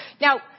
Now